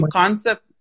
concept